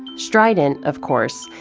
strident, of course,